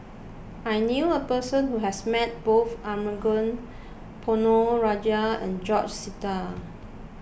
I knew a person who has met both Arumugam Ponnu Rajah and George Sita